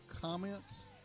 comments